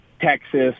Texas